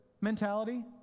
mentality